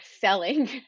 selling